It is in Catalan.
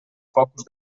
focus